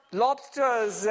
lobsters